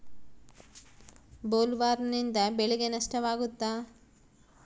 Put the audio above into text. ಬೊಲ್ವರ್ಮ್ನಿಂದ ಬೆಳೆಗೆ ನಷ್ಟವಾಗುತ್ತ?